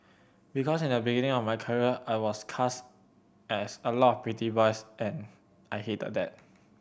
because in the beginning of my career I was cast as a lot pretty boys and I hated that